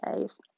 days